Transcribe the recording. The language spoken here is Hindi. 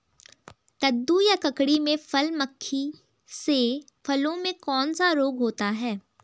कद्दू या ककड़ी में फल मक्खी से फलों में कौन सा रोग होता है?